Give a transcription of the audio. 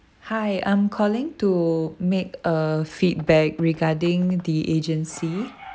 hi I'm calling to make a feedback regarding the agency